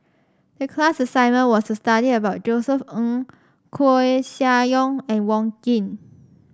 the class assignment was to study about Josef Ng Koeh Sia Yong and Wong Keen